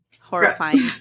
Horrifying